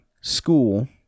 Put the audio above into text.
school